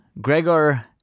Gregor